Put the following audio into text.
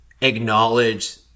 acknowledge